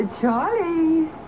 Charlie